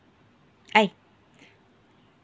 hi